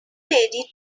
lady